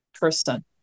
person